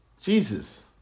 Jesus